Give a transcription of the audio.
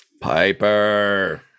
Piper